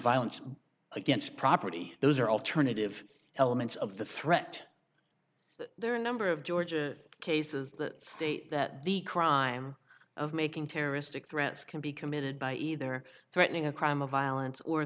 violence against property those are alternative elements of the threat there are a number of georgia cases that state that the crime of making terroristic threats can be committed by either threatening a crime of violence or